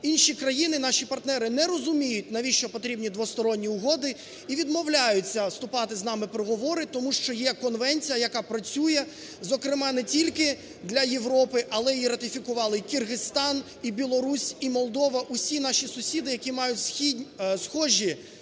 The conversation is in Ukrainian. Інші країни – наші партнери не розуміють, навіщо потрібні двосторонні угоди і відмовляються вступати з нами в переговори. Тому що є конвенція, яка працює, зокрема, не тільки для Європи, але її ратифікували Киргизстан, і Білорусь, і Молдова, усі наші сусіди, які мають схожі